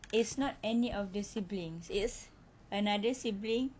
it's not any of the siblings is another sibling